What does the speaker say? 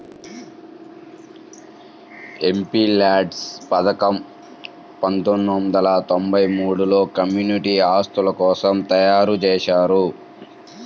MPLADS పథకం పందొమ్మిది వందల తొంబై మూడులో కమ్యూనిటీ ఆస్తుల కోసం తయ్యారుజేశారు